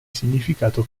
significato